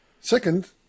Second